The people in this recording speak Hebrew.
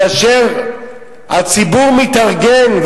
כאשר הציבור מתארגן,